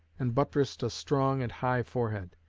and buttressed a strong and high forehead.